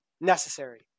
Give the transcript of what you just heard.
necessary